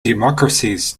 democracies